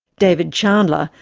david chandler,